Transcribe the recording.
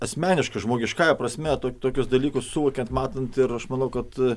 asmeniška žmogiškąja prasme tokius dalykus suvokiant matant ir aš manau kad